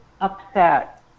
upset